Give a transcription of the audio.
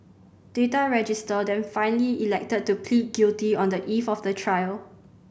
Data Register then finally elected to plead guilty on the eve of the trial